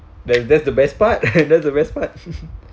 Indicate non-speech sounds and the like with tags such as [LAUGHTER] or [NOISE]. then that's the best part [LAUGHS] that's the best part [LAUGHS]